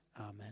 Amen